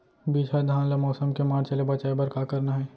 बिजहा धान ला मौसम के मार्च ले बचाए बर का करना है?